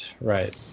right